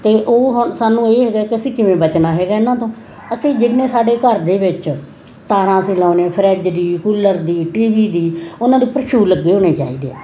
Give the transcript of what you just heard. ਅਤੇ ਉਹ ਹੁਣ ਸਾਨੂੰ ਇਹ ਹੈਗਾ ਕਿ ਅਸੀਂ ਕਿਵੇਂ ਬਚਣਾ ਹੈਗਾ ਇਹਨਾਂ ਤੋਂ ਅਸੀਂ ਜਿੰਨੇ ਸਾਡੇ ਘਰ ਦੇ ਵਿੱਚ ਤਾਰਾਂ ਅਸੀਂ ਲਾਉਂਦੇ ਹਾਂ ਫਰਿੱਜ ਦੀ ਕੂਲਰ ਦੀ ਟੀ ਵੀ ਦੀ ਉਹਨਾਂ ਦੇ ਉੱਪਰ ਸ਼ੂ ਲੱਗੇ ਹੋਣੇ ਚਾਹੀਦੇ ਆ